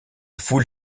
foule